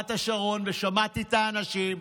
ברמת השרון, ושמעתי את האנשים.